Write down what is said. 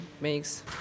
makes